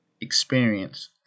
experience